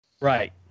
Right